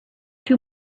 two